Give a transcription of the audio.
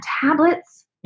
tablets